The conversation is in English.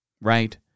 right